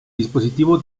dispositivo